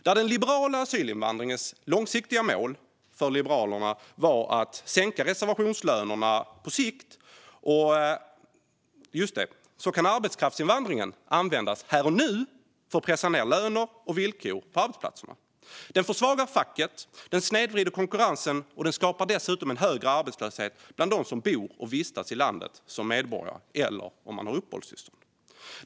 Där den liberala asylinvandringens långsiktiga mål var att sänka reservationslönerna på sikt kan arbetskraftsinvandringen användas här och nu för att pressa ned löner och villkor på arbetsplatserna. Det försvagar facket, snedvrider konkurrensen och skapar dessutom en högre arbetslöshet bland dem som bor och vistas i landet som medborgare eller med uppehållstillstånd.